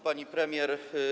Pani Premier!